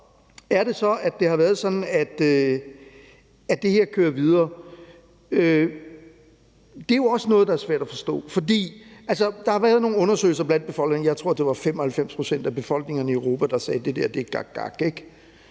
med. Hvorfor er det så, at det her kører videre? Det er jo også noget, der er svært at forstå. Der har været nogle undersøgelser blandt befolkningerne, og jeg tror, det var 95 pct. af befolkningerne i Europa, der sagde, at det der er gakgak,